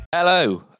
Hello